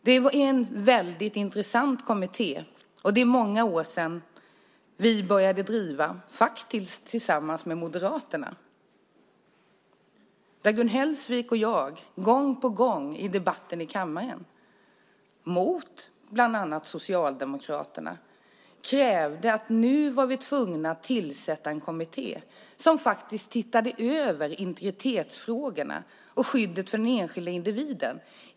Det är en väldigt intressant kommitté, och det är många år sedan vi, faktiskt tillsammans med Moderaterna, började driva kravet på att tillsätta en sådan kommitté. Gun Hellsvik och jag krävde gång på gång i debatterna i kammaren, mot bland andra Socialdemokraterna, att vi var tvungna att tillsätta en kommitté som i ett helhetsperspektiv såg över integritetsfrågorna och skyddet för den enskilda individen.